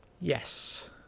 Yes